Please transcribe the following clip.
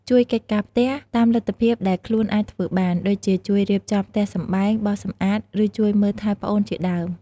ជួយកិច្ចការផ្ទះ តាមលទ្ធភាពដែលខ្លួនអាចធ្វើបាន ដូចជាជួយរៀបចំផ្ទះសម្បែង បោសសំអាត ឬជួយមើលថែប្អូនជាដើម។